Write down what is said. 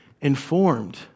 informed